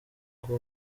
ngo